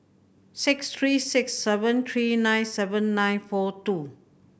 six three six seven three nine seven nine four two